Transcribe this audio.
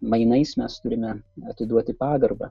mainais mes turime atiduoti pagarbą